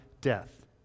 death